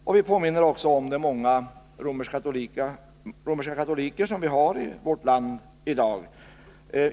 Och vi påminner också om de många romerska katoliker som vi har i vårt land i dag.